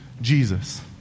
Jesus